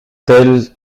tels